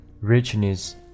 richness